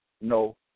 no